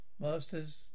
Master's